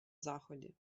заході